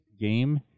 game